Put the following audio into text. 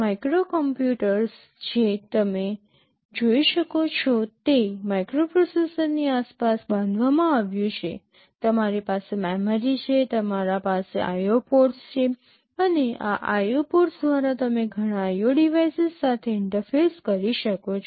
microcomputer જે તમે જોઈ શકો છો તે માઇક્રોપ્રોસેસરની આસપાસ બાંધવામાં આવ્યું છે તમારી પાસે મેમરી છે તમારા પાસે IO પોર્ટ્સ છે અને આ IO પોર્ટ દ્વારા તમે ઘણા IO ડિવાઇસીસ સાથે ઇન્ટરફેસ કરી શકો છો